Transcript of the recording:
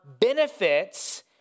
benefits